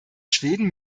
schweden